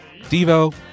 Devo